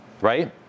Right